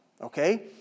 okay